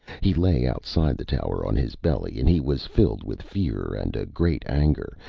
he lay outside the tower, on his belly, and he was filled with fear and a great anger,